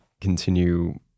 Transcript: continue